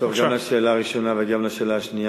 גם לשאלה הראשונה וגם לשאלה השנייה,